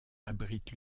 abrite